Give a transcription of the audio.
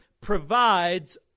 provides